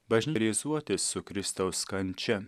bašnerizuotis su kristaus kančia